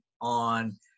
on